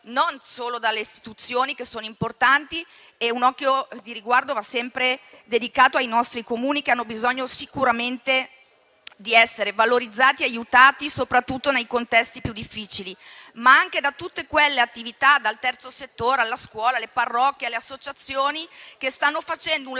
non solo dalle istituzioni che sono importanti - un occhio di riguardo va sempre dedicato ai nostri Comuni, che hanno bisogno sicuramente di essere valorizzati e aiutati, soprattutto nei contesti più difficili - ma anche dal terzo settore, dalla scuola, dalle parrocchie e dalle associazioni, che danno un